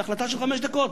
זו החלטה של חמש דקות.